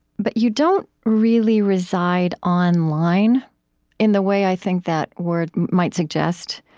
but you don't really reside online in the way i think that word might suggest.